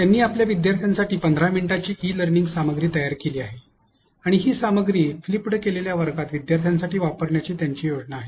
त्यांनी आपल्या विद्यार्थ्यांसाठी 15 मिनिटांची ई लर्निंग सामग्री तयार केली आहे आणि ही सामग्री फ्लिप्लड केलेल्या वर्गात विद्यार्थ्यांसाठी वापरण्याची त्यांची योजना आहे